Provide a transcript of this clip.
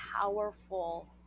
powerful